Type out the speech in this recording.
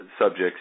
subjects